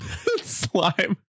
slime